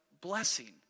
blessing